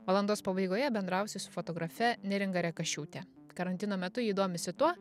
valandos pabaigoje bendrausiu su fotografe neringa rekašiūtė karantino metu ji domisi tuo